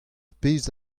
pezh